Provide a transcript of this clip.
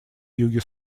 юге